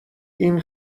این